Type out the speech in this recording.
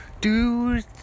Dude